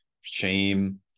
shame